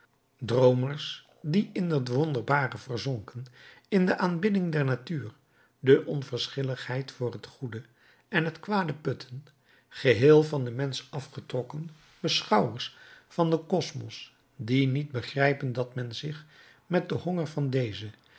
droomers die in het wonderbare verzonken in de aanbidding der natuur de onverschilligheid voor het goede en het kwade putten geheel van den mensch afgetrokken beschouwers van den cosmos die niet begrijpen dat men zich met den honger van dezen